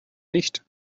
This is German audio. nicht